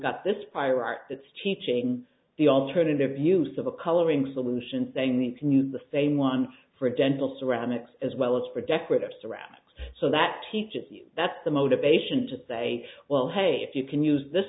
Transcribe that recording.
got this prior art that's teaching the alternative use of a coloring solution saying the can use the same one for a dental ceramics as well as for decorative ceramics so that teaches you that's the motivation to say well hey if you can use this